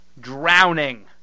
drowning